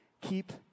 keep